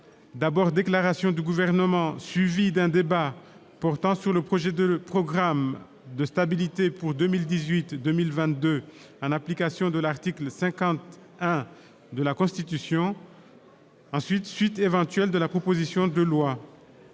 trente : Déclaration du Gouvernement, suivie d'un débat, portant sur le projet de programme de stabilité pour 2018-2022, en application de l'article 50-1 de la Constitution. Suite éventuelle de la proposition de loi,